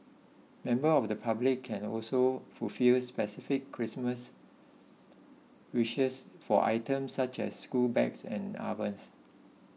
members of the public can also fulfils specific Christmas wishes for items such as school bags and ovens